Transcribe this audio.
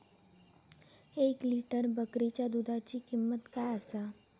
एक लिटर बकरीच्या दुधाची किंमत काय आसा?